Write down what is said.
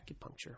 acupuncture